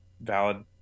valid